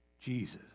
Jesus